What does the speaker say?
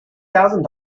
thousand